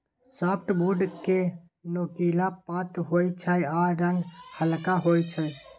softwood केँ नोकीला पात होइ छै आ रंग हल्का होइ छै